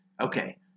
Okay